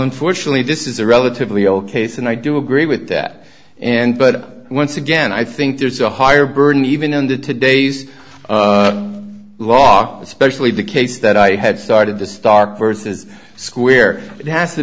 unfortunately this is a relatively old case and i do agree with that and but once again i think there's a higher burden even under today's law especially the case that i had started to start versus square it has to